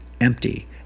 empty